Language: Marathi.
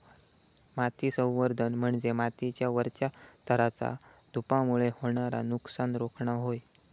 माती संवर्धन म्हणजे मातीच्या वरच्या थराचा धूपामुळे होणारा नुकसान रोखणा होय